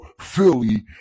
Philly